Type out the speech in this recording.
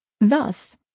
Thus